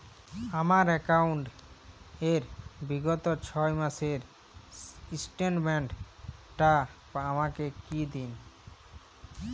আমার অ্যাকাউন্ট র বিগত ছয় মাসের স্টেটমেন্ট টা আমাকে দিন?